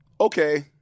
okay